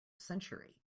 century